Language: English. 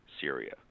Syria